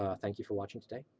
ah thank you for watching today.